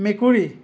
মেকুৰী